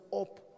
up